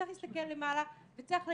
צריך להסתכל למעלה וצריך להגיד: